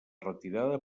retirada